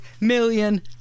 million